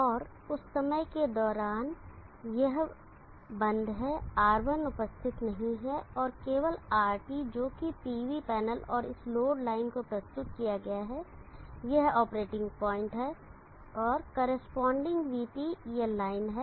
और उस समय के दौरान यह बंद है R1 उपस्थित नहीं है और केवल RT जो कि पीवी पैनल और इस लोड लाइन को प्रस्तुत किया गया है यह ऑपरेटिंग प्वाइंट है और कोरेस्पॉन्डिंग vT यह लाइन है